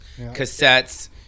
cassettes